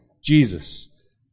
Jesus